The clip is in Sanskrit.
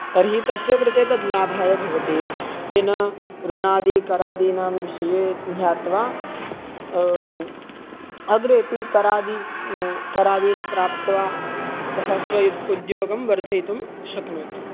तर्हि तस्य कृते तत् लाभाय भवति तेन ऋणादिकरादीनां विषये ज्ञात्वा अग्रेऽपि करादि करादीन् प्राप्त्वा सः स्व उद्योगं वर्धयितुं शक्नोति